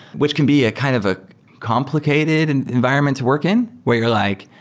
which can be a kind of a complicated and environment to work in where you're like,